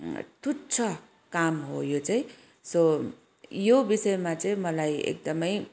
तुच्छ काम हो यो चाहिँ सो यो विषयमा चाहिँ मलाई एकदमै